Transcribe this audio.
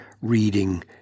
reading